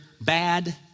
bad